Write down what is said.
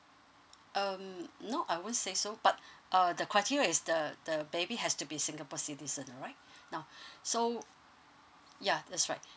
um no I won't say so but uh the criteria is the the baby has to be singapore citizens alright now so ya that's right